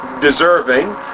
deserving